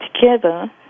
together